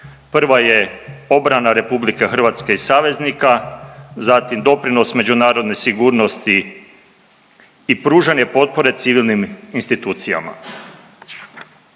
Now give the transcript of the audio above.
Prva je obrana RH i saveznica, zatim doprinos međunarodne sigurnosti i pružanje potpore civilnim institucijama.